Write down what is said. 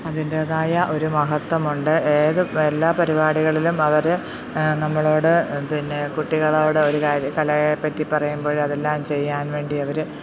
അതിൻ്റേതായ ഒരു മഹത്വമുണ്ട് ഏതു എല്ലാ പരിപാടികളിലും വളരെ നമ്മളോട് പിന്നെ കുട്ടികളോടെ ഒരു കാര്യം കലയെ പറ്റി പറയുമ്പോൾ അതെല്ലാം ചെയ്യാൻ വേണ്ടി അവർ